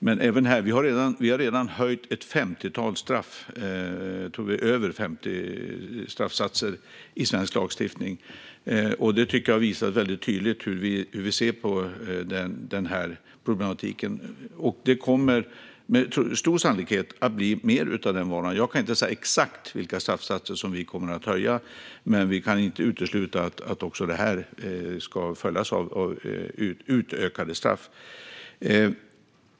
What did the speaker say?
Men vi har redan höjt över 50 straffsatser i svensk lagstiftning. Jag tycker att det visar väldigt tydligt hur vi ser på denna problematik. Med stor sannolikhet kommer det att bli mer av den varan. Jag kan inte exakt säga vilka straffsatser som vi kommer att höja, men vi kan inte utesluta att detta ska följas av utökade straff.